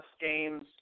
games